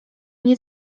nie